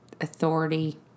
authority